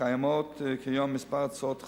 קיימות כיום כמה הצעות חוק,